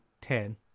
ten